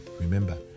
remember